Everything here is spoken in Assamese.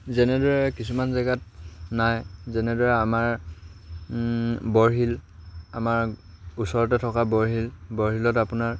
যেনেদৰে কিছুমান জেগাত নাই যেনেদৰে আমাৰ বৰশীল আমাৰ ওচৰতে থকা বৰশীল বৰশীলত আপোনাৰ